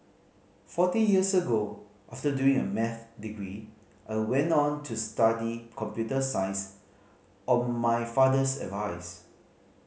forty years ago after doing a maths degree I went on to study computer science on my father's advice